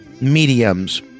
mediums